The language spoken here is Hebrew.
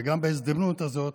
וגם, בהזדמנות הזאת,